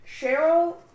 Cheryl